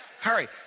hurry